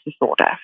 disorder